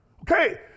Okay